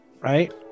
right